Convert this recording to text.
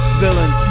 villain